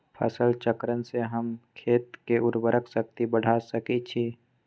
फसल चक्रण से हम खेत के उर्वरक शक्ति बढ़ा सकैछि?